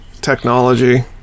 technology